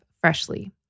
freshly